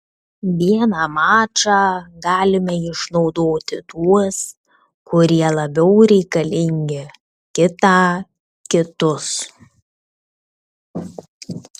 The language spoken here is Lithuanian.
vieną mačą galime išnaudoti tuos kurie labiau reikalingi kitą kitus